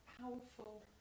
powerful